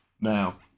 Now